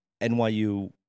nyu